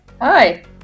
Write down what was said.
Hi